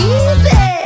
easy